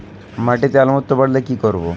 মাটিতে অম্লত্ব বাড়লে কি করব?